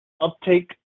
uptake